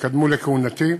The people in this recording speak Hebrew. שקדמו לכהונתי,